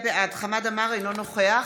בעד חמד עמאר, אינו נוכח